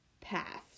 passed